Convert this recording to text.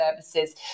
services